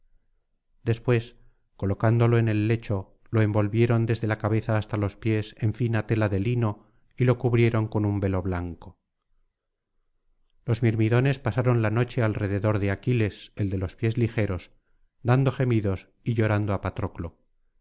después colocándolo en el lecho lo envolvieron desde la cabeza hasta los pies en fina tela de lino y lo cubrieron con un velo blanco los mirmidones pasaron la noche alrededor de aquiles el de los pies ligeros dando gemidos y llorando á patroclo